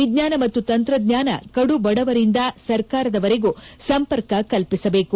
ವಿಜ್ಞಾನ ಮತ್ತು ತಂತ್ರಜ್ಞಾನ ಕಡುಬಡವರಿಂದ ಸರ್ಕಾರದವರೆಗೂ ಸಂಪರ್ಲ ಕಲ್ಪಿಸಬೇಕು